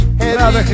heavy